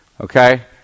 Okay